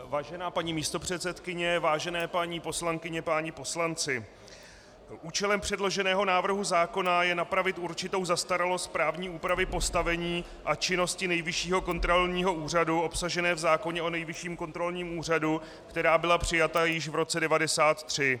Vážená paní místopředsedkyně, vážené paní poslankyně, páni poslanci, účelem předloženého návrhu zákona je napravit určitou zastaralost právní úpravy postavení a činnosti Nejvyššího kontrolního úřadu obsažené v zákoně o Nejvyšším kontrolním úřadu, která byla přijata již v roce 1993.